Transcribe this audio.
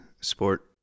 Sport